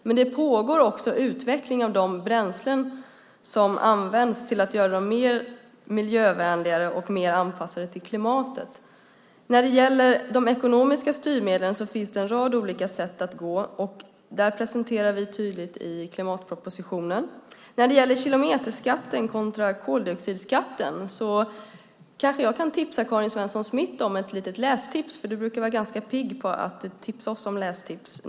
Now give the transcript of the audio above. Men det pågår också utveckling av de bränslen som används för att göra dem mer miljövänliga och anpassade till klimatet. När det gäller de ekonomiska styrmedlen finns det en rad olika sätt att gå framåt. Det presenterar vi tydligt i klimatpropositionen. När det gäller kilometerskatten kontra koldioxidskatten kanske jag kan ge Karin Svensson Smith ett litet lästips. Hon brukar vara ganska pigg på att ge oss lästips.